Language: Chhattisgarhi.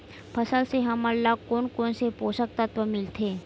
फसल से हमन ला कोन कोन से पोषक तत्व मिलथे?